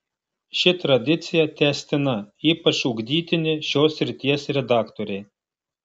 ši tradicija tęstina ypač ugdytini šios srities redaktoriai